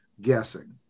guessing